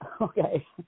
Okay